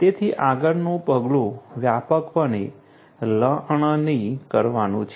તેથી આગળનું પગલું વ્યાપકપણે લણણી કરવાનું છે